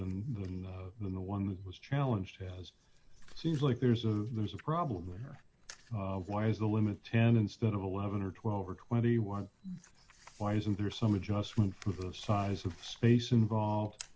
them than the one that was challenge has seems like there's a there's a problem there why is the limit ten instead of eleven or twelve or twenty one why isn't there some adjustment to the size of space involved